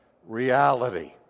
reality